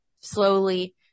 slowly